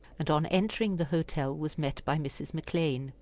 and on entering the hotel was met by mrs. mcclean,